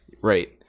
right